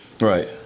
Right